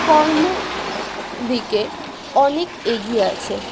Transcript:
কর্ম দিকে অনেক এগিয়ে আছে